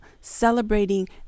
celebrating